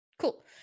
Cool